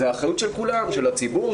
זו האחריות של כולם של הציבור,